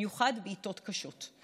במיוחד בעיתות קשות.